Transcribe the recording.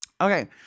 Okay